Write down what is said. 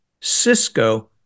Cisco